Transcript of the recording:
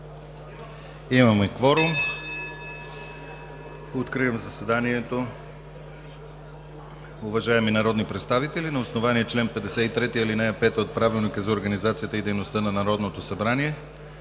Има кворум, откривам заседанието. (Звъни.) Уважаеми народни представители, на основание чл. 53, ал. 5 от Правилника за организацията и дейността на Народното събрание